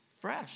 fresh